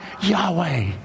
Yahweh